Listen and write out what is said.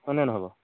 হয় নে নহ'ব